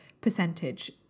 percentage